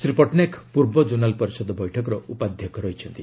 ଶ୍ରୀ ପଟ୍ଟନାୟକ ପୂର୍ବ କୋନାଲ ପରିଷଦ ବୈଠକର ଉପାଧ୍ୟକ୍ଷ ଅଛନ୍ତି